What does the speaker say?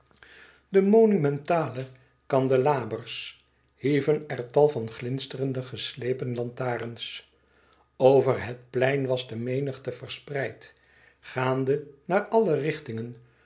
de monumentale kandelabers hieven er tal van glinsterende geslepen lantarens over het plein was de menigte verspreid gaande naar alle richtingen